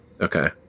okay